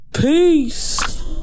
Peace